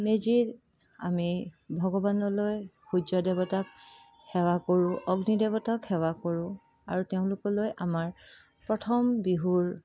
মেজিত আমি ভগৱানলৈ সূৰ্য্য দেৱতাক সেৱা কৰোঁ অগ্নিদেৱতাক সেৱা কৰোঁ আৰু তেওঁলোকলৈ আমাৰ প্ৰথম বিহুৰ